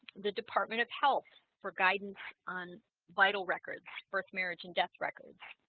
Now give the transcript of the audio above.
the department of health for guidance on vital records birth marriage and death records